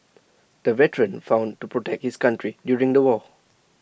the veteran found to protect his country during the war